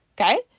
okay